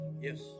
Yes